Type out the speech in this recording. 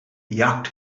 jagd